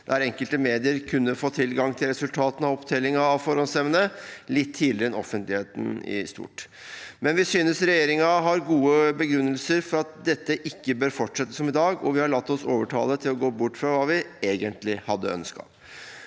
der enkelte medier kan få tilgang til resultatene av opptelling av forhåndsstemmene litt tidligere enn offentligheten i stort. Men vi synes regjeringen har gode begrunnelser for at dette ikke bør fortsette som i dag, og vi har latt oss overtale til å gå bort fra det vi egentlig hadde ønsket.